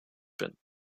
bin